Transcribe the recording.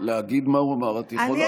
להגיד מה הוא אמר את יכולה.